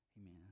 Amen